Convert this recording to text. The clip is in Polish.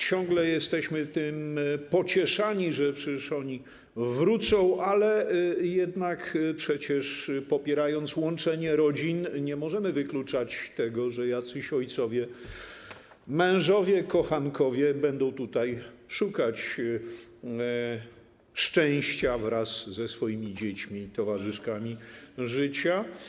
Ciągle jesteśmy tym pocieszani, że przecież oni wrócą, ale jednak popierając łączenie rodzin, nie możemy wykluczać tego, że jacyś ojcowie, mężowie, kochankowie będą tutaj szukać szczęścia wraz ze swoimi dziećmi i towarzyszkami życia.